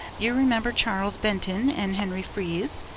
you remember charles benton and henry freize?